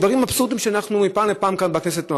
דברים אבסורדיים שאנחנו מפעם לפעם שומעים כאן בכנסת.